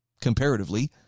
comparatively